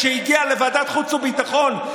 כשהגיע לוועדת החוץ והביטחון,